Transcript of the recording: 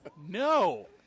No